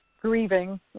grieving